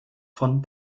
von